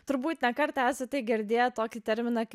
turbūt ne kartą esate girdėję tokį terminą kaip